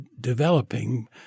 developing